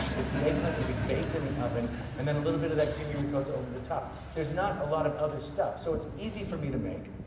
it's the eggplant that we've baked in the oven and then a little bit of that creamy ricotto over the top. there's not a lot of other stuff, so it's easy for me to make.